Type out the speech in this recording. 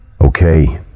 okay